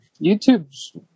YouTube's